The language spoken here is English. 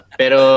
pero